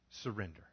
surrender